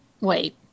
Wait